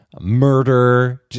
murder